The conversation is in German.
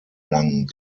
lang